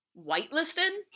Whitelisted